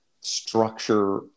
structure